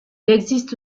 existe